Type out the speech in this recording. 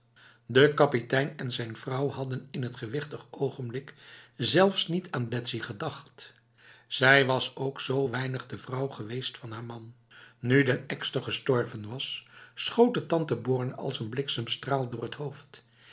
de kapitein en zijn vrouw hadden in het gewichtig ogenblik zelfs niet aan betsy gedacht zij was ook zo weinig de vrouw geweest van haar man nu den ekster gestorven was schoot het tante borne als een bliksemstraal door het hoofd